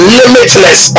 limitless